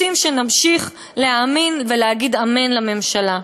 רוצים שנמשיך להאמין ולהגיד אמן לממשלה.